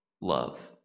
love